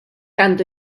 għandu